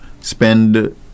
spend